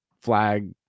flag